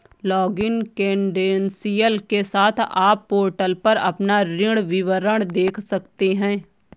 login credential के साथ, आप पोर्टल पर अपना ऋण विवरण देख सकते हैं